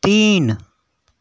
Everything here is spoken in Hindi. तीन